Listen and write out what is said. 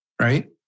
right